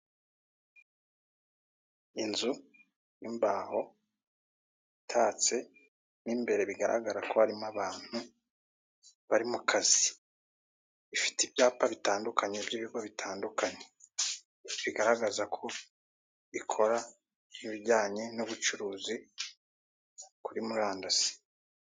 Inzu y'imbaho itatse mwimbere bigaragara ko harimo abantu bari mukazi, ifite ibyapa bitandukanye by'ibigo bitandukanye bigaragaza ko bikora ibijyanye n'ubucuruzi kuri murandasi.